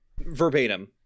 verbatim